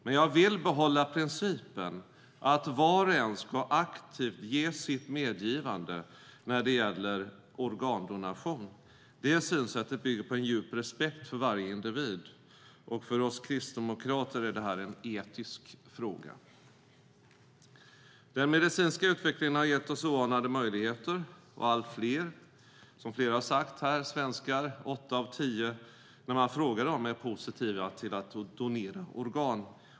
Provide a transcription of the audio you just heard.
Men jag vill behålla principen att var och en aktivt ska ge sitt medgivande när det gäller organdonation. Det synsättet bygger på en djup respekt för varje individ. För oss kristdemokrater är det här en etisk fråga. Den medicinska utvecklingen har gett oss oanade möjligheter, och allt fler svenskar, åtta av tio, är när man frågar dem, som flera har sagt här, positiva till att donera organ.